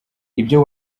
ibyo